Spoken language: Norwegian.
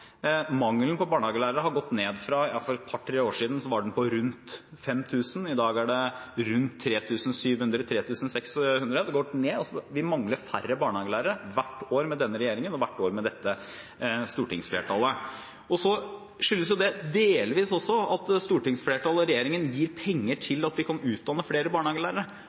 Mangelen på barnehagelærere har gått ned. For et par–tre år siden var den på rundt 5 000. I dag er den rundt 3 700–3 600, altså går den ned. Vi mangler færre barnehagelærere hvert år med denne regjeringen og hvert år med dette stortingsflertallet. Det skyldes også delvis at stortingsflertallet og regjeringen gir penger til at vi kan utdanne flere barnehagelærere.